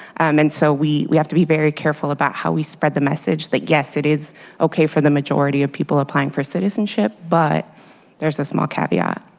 um and so we we have to be very careful about how we spread the message that yes it is okay for the majority of people applying for citizenship. but there's a small caveat.